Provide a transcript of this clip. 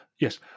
yes